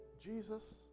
Jesus